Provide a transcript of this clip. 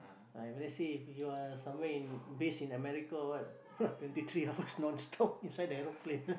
ah if let's say if you are somewhere in based in America or what twenty three hours non-stop inside the aeroplane